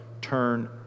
Turn